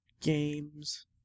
games